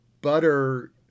butter